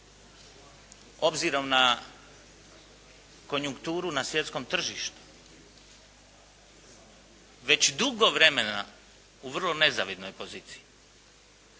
obzirom na konjunkturu na svjetskom tržištu već dugo u vrlo nezavidnoj poziciji.